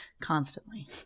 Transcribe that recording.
constantly